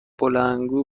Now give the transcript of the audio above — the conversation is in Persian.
بلندگو